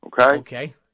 Okay